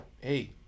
Hey